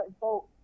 vote